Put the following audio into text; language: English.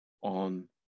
on